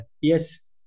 yes